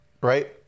right